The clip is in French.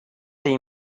tes